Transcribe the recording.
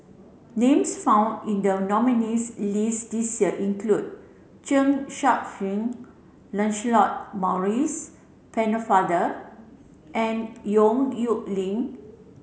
names found in the nominees' list this year include Chen Sucheng Lancelot Maurice Pennefather and Yong Nyuk Lin